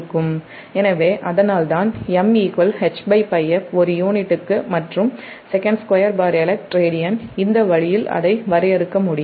எனவே அதனால்தான் MHπf ஒரு யூனிட்டுக்கு மற்றும்sec2 elect radian இந்த வழியில் அதை வரையறுக்க முடியும்